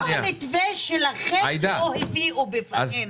את המתווה שלכם לא הביאו בפנינו.